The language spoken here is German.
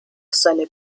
seine